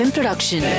Production